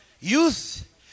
Youth